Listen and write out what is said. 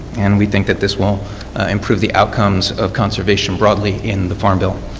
and we think that this will improve the outcomes of conservation broadly in the farm bill.